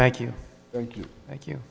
thank you thank you thank you